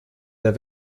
der